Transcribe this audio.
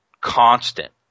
constant